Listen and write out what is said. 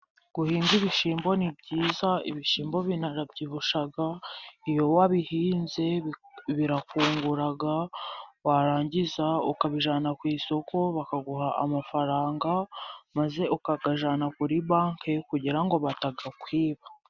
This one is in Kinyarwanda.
Guhinga ibishyimbo ni byiza, ibishyimbo biranabyibushya iyo wabihinze birakungura warangiza ukabijyana ku isoko bakaguha amafaranga, maze ukayajyana kuri banki, kugira ngo batayakwiba.